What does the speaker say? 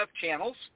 channels